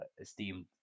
esteemed